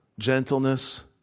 gentleness